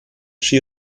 she